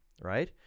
Right